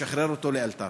לשחרר אותו לאלתר.